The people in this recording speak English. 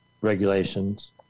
regulations